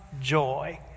joy